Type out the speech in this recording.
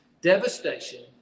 devastation